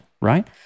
right